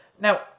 Now